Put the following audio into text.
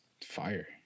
fire